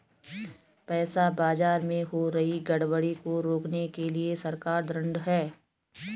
पैसा बाजार में हो रही गड़बड़ी को रोकने के लिए सरकार ढृढ़ है